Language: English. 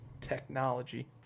Technology